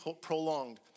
prolonged